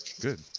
Good